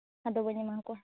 ᱟᱫᱚ ᱵᱟᱹᱧ ᱮᱢᱟ ᱠᱚᱣᱟ